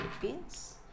Philippines